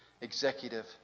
executive